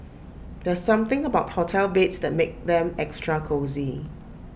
there's something about hotel beds that makes them extra cosy